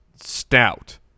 stout